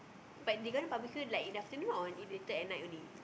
but they gonna publish it in the afternoon or later at night only